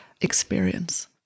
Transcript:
experience